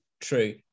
True